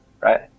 Right